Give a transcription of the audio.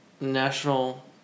national